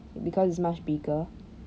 because it's much bigger